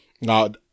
now